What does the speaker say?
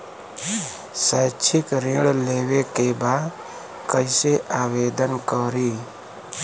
शैक्षिक ऋण लेवे के बा कईसे आवेदन करी?